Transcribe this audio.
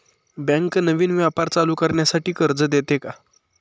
Bank नवीन व्यापार चालू करण्यासाठी कर्ज देते का?